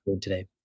today